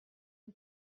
une